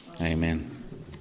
Amen